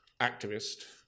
activist